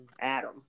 Adam